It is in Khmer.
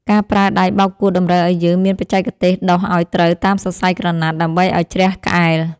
ការប្រើដៃបោកគក់តម្រូវឱ្យយើងមានបច្ចេកទេសដុសឱ្យត្រូវតាមសរសៃក្រណាត់ដើម្បីឱ្យជ្រះក្អែល។